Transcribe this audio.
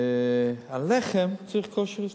עוד מעט שעל לחם צריך כושר השתכרות,